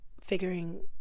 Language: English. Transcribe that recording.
figuring